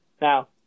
now